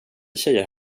tjejer